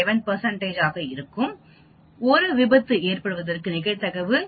67 ஆக இருக்கும் 1 விபத்து ஏற்படுவதற்கு நிகழ்தகவு 3